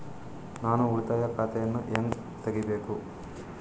ನಾನು ಉಳಿತಾಯ ಖಾತೆಯನ್ನು ಹೆಂಗ್ ತಗಿಬೇಕು?